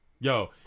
Yo